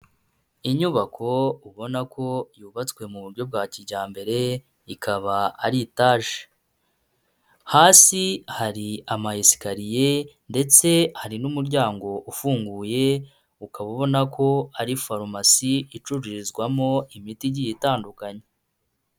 Inyubako ubona ko yubatswe mu buryo bwa kijyambere ikaba ari itaje, hasi hari ama esikariye ndetse hari n'umuryango ufunguye, ukaba ubona ko ari farumasi icururizwamo imiti igiye itandukanye.